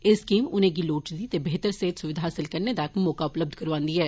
एह् स्कीम उनेंगी लोड़चदी ते बेहतर सेहत सुविघा हासल करने दा इक मौका उपलब्ध करवान्दी ऐ